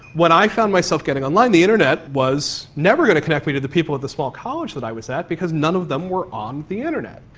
when i found myself getting online, the internet was never going to connect me to the people of the small college that i was at because none of them were on the internet.